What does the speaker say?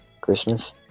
Christmas